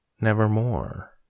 nevermore